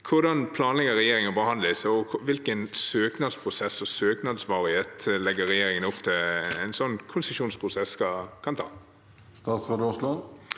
Hvordan planlegger regjeringen å behandle disse, og hvilken søknadsprosess og søknadsvarighet legger regjeringen opp til at en sånn konsesjonsprosess kan ha? Statsråd Terje